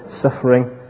suffering